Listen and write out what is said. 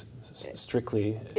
strictly